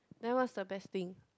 then what is the best thing